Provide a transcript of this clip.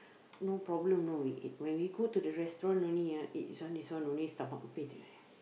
no problem you know we eat when we go to the restaurant only ah eat this one this one only stomach pain already